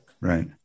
Right